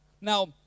Now